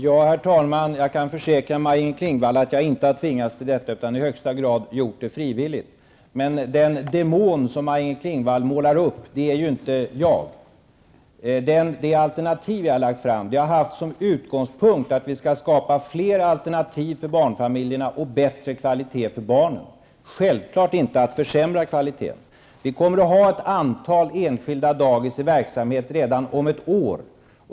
Herr talman! Jag kan försäkra Maj-Inger Klingvall att jag inte har tvingats till detta, utan jag har i högsta grad gjort det frivilligt. Den demon som Maj-Inger Klingvall målar upp är ju inte jag. När jag lade fram mitt alternativ, hade jag som utgångspunkt att det skall skapas fler alternativ för barnfamiljerna och bättre kvaltiet för barnen. Avsikten har självfallet inte varit att försämra kvaliteten. Det kommer att finnas ett antal enskilda dagis i verksamhet redan om ett år.